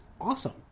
awesome